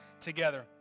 together